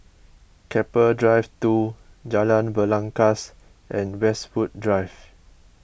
Keppel Drive two Jalan Belangkas and Westwood Drive